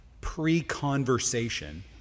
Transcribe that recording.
pre-conversation